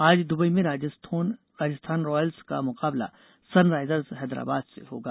आज दुबई में राजस्थोन रॉयल्सय का मुकाबला सनराइजर्स हैदराबाद से होगा